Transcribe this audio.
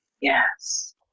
Yes